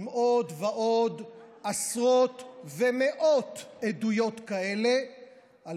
עם עוד ועוד עשרות ומאות עדויות כאלה על